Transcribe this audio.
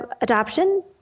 adoption